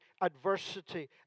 adversity